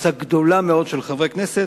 וקבוצה גדולה מאוד של חברי הכנסת.